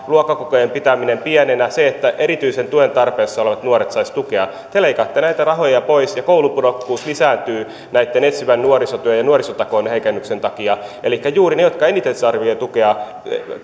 luokkakokojen pitäminen pienenä se että erityisen tuen tarpeessa olevat nuoret saisivat tukea te leikkaatte näitä rahoja pois ja koulupudokkuus lisääntyy näitten etsivän nuorisotyön ja nuorisotakuun heikennyksen takia elikkä juuri ne jotka eniten tarvitsevat tukea